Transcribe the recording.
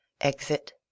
EXIT